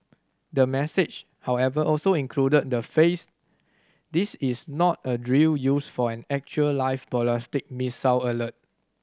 the message however also included the phrase this is not a drill used for an actual live ballistic missile alert